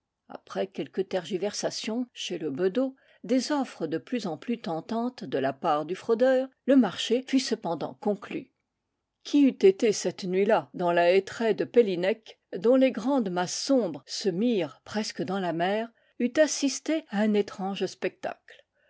après quelques tergiversations chez le bedeau des offres de plus en plus tentantes de la part du fraudeur le marché fut cependant conclu qui eût été cette nuit-là dans la hêtraie de peuinec dont les grandes masses sombres se mirent presque dans la mer eût assisté à un étrange spectacle